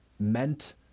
meant